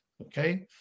Okay